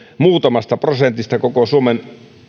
muutamasta prosentista koko suomen